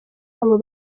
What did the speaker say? abo